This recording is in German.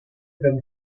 den